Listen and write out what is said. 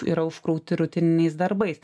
yra užkrauti rutininiais darbais